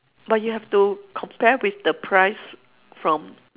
but you have to compare with the price from